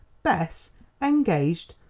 bess engaged!